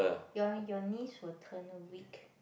your your knees will turn weak